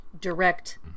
Direct